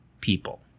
people